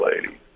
lady